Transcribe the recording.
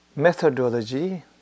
methodology